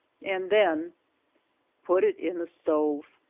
and then put it in the stove.